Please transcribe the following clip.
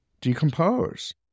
Decompose